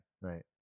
Right